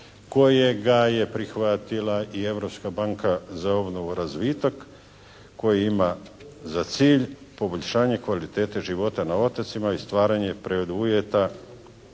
kojega je prihvatila i Europska banka za obnovu, razvitak koji ima za cilj poboljšanje kvalitete života na otocima i stvaranje preduvjeta